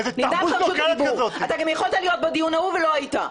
יכולת גם להיות בדיון ההוא אבל לא היית.